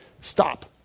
Stop